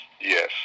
Yes